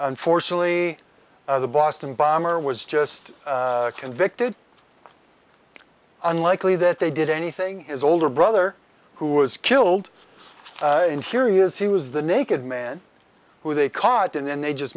unfortunately the boston bomber was just convicted unlikely that they did anything his older brother who was killed in here years he was the naked man who they caught and then they just